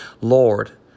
Lord